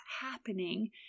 happening